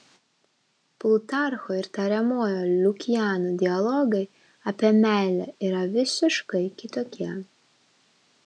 plutarcho ir tariamojo lukiano dialogai apie meilę yra visiškai kitokie